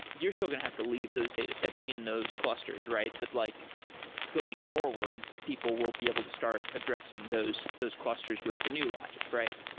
you're still going to have to leave those data sets in those clusters, right? but like going forward, people will be able to start addressing those those clusters with the new logic, right?